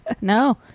No